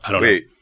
Wait